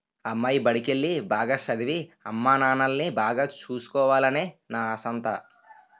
అమ్మాయి బడికెల్లి, బాగా సదవి, అమ్మానాన్నల్ని బాగా సూసుకోవాలనే నా ఆశంతా